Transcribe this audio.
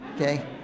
okay